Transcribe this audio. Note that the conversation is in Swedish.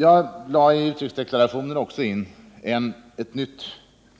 Jag förde i deklarationen också in ett nytt